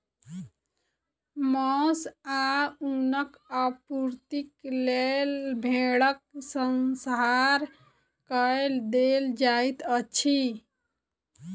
मौस आ ऊनक आपूर्तिक लेल भेड़क संहार कय देल जाइत अछि